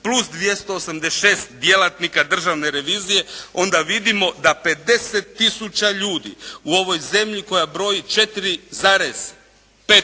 plus 286 djelatnika Državne revizije onda vidimo da 50 000 ljudi u ovoj zemlji koja broji 4,5